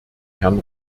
herrn